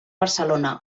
barcelona